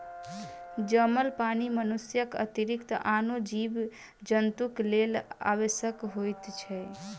जमल पानि मनुष्यक अतिरिक्त आनो जीव जन्तुक लेल आवश्यक होइत छै